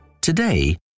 Today